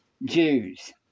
Jews